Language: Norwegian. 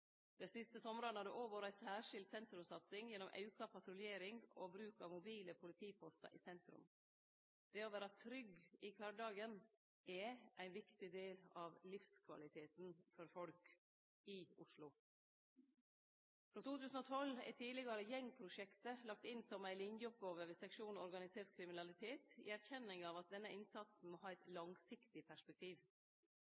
Dei siste somrane har det òg vore ei særskilt sentrumssatsing gjennom auka patruljering og bruk av mobile politipostar i sentrum. Det å vere trygg i kvardagen er ein viktig del av livskvaliteten for folk i Oslo. Frå 2012 er det tidlegare gjengprosjektet lagt inn som ei linjeoppgåve ved seksjon Organisert kriminalitet i erkjenning av at denne innsatsen må ha eit